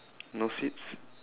no seats